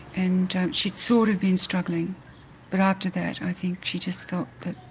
and she'd sort of been struggling but after that i think she just felt that